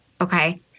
okay